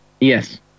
Yes